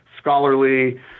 scholarly